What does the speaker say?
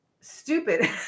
stupid